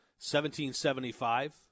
1775